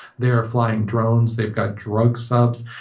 they're flying drones. they've got drug subs.